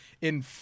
in-